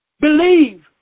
believe